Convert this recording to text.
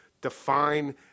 define